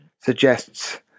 suggests